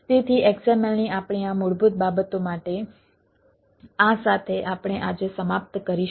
તેથી XML ની આપણી આ મૂળભૂત બાબતો માટે આ સાથે આપણે આજે સમાપ્ત કરીશું